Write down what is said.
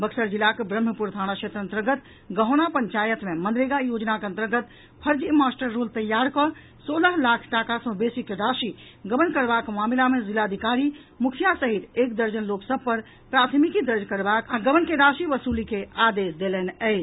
बक्सर जिलाक ब्रह्मपुर थाना क्षेत्र अन्तर्गत गहौना पंचायत मे मनरेगा योजनाक अन्तर्गत फर्जी मास्टर रोल तैयार कऽ सोलह लाख टाका सँ बेसीक राशि गबन करबाक मामिला मे जिलाधिकारी मुखिया सहित एक दर्जन लोक सभ पर प्राथमिकी दर्ज करबाक आ गबन के राशि वसूली के आदेश देलनि अछि